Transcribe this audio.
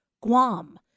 Guam